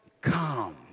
come